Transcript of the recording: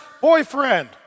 boyfriend